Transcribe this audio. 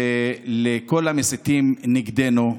ולכל המסיתים נגדנו: